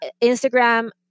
Instagram